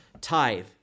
tithe